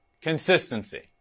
consistency